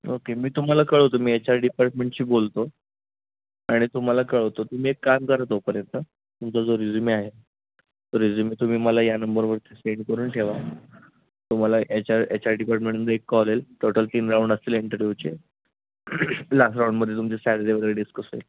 okay मी तुम्हाला कळवतो मी एच आर डिपार्टमेंटशी बोलतो आणि तुम्हाला कळवतो तुम्ही एक काम करत तोपर्यंत तुमचा जो रिझ्युमे आहे तो रिझ्यूमे तुम्ही मला या नंबरवरती सेंड करून ठेवा तुम्हाला एच आर एच आर डिपार्टमेंटमध्ये एक कॉल येईल टोटल तीन राऊंड असतील इंटरव्ह्यूचे लास्ट राऊंडमध्ये तुमची सॅलरी वगैरे डिस्कस होईल